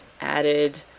added